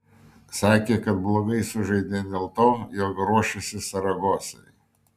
sakė kad blogai sužaidė dėl to jog ruošėsi saragosai